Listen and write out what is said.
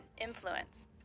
influence